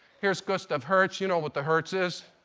here's gustav hertz. you know what the hertz is.